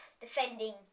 defending